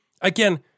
Again